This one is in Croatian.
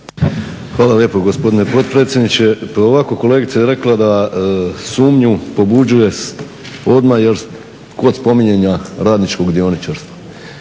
Hvala lijepo gospodine predsjedniče. Pa ovako kolegica je rekla da sumnju pobuđuje odmah kod spominjanja radničkog dioničarstva.